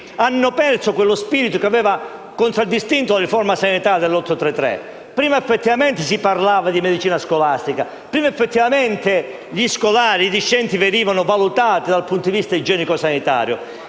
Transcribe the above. hanno perso quello spirito che aveva contraddistinto la riforma sanitaria di cui alla legge n. 833 del 1978. Prima effettivamente si parlava di medicina scolastica e gli scolari e i discenti venivano valutati dal punto di vista igienico-sanitario.